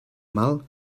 mal